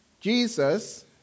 Jesus